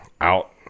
out